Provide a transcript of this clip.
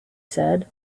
said